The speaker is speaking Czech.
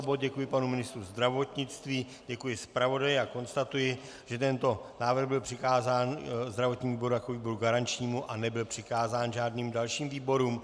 Děkuji panu ministru zdravotnictví, děkuji zpravodaji a konstatuji, že tento návrh byl přikázán zdravotnímu výboru jako výboru garančnímu a nebyl přikázán žádným dalším výborům.